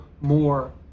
more